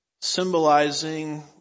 symbolizing